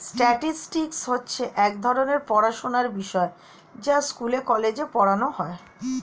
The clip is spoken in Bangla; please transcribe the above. স্ট্যাটিস্টিক্স হচ্ছে এক ধরণের পড়াশোনার বিষয় যা স্কুলে, কলেজে পড়ানো হয়